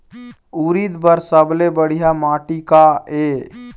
उरीद बर सबले बढ़िया माटी का ये?